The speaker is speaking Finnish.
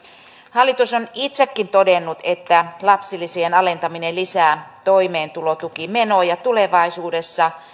hallitus on itsekin todennut että lapsilisien alentaminen lisää toimeentulotukimenoja tulevaisuudessa